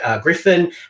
griffin